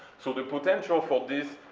so the potential for this